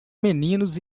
meninos